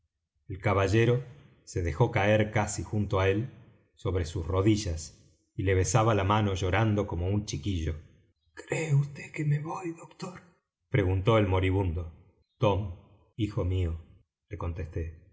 el caballero se dejó caer casi junto á él sobre sus rodillas y le besaba la mano llorando como un chiquillo cree vd que me voy doctor preguntó el moribundo tom hijo mío le contesté